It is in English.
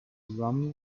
romney